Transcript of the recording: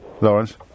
Lawrence